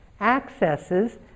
accesses